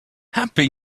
happy